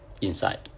inside